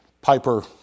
Piper